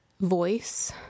voice